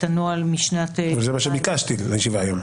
הנוהל משנת --- אבל זה מה שביקשתי לישיבה היום.